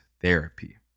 therapy